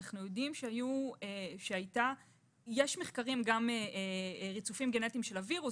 אנחנו יודעים שיש מחקרים של ריצופים גנטיים של הווירוס.